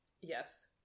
Yes